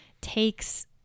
takes